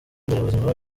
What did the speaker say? nderabuzima